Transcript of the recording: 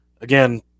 Again